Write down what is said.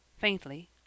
faintly